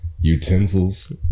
utensils